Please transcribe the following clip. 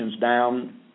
down